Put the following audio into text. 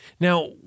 Now